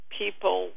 people